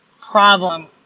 problem